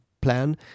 plan